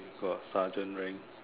got sergeant rank